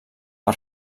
per